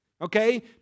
Okay